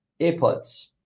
AirPods